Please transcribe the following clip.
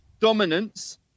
dominance